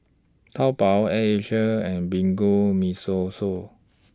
Taobao Air Asia and Bianco Mimosa